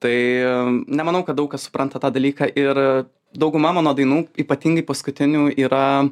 tai nemanau kad daug kas supranta tą dalyką ir dauguma mano dainų ypatingai paskutinių yra